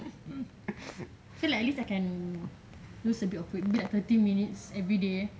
okay lah at least I can lose a bit of awkward maybe thirty minutes everyday